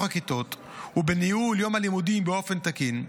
הכיתות ובניהול יום הלימודים באופן תקין,